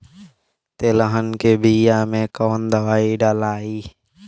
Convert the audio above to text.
तेलहन के बिया मे कवन दवाई डलाई?